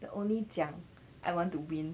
the only 奖 I want to win